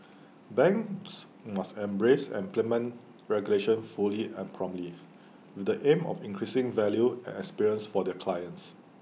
banks must embrace and implement regulation fully and promptly with the aim of increasing value and experience for their clients